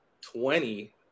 twenty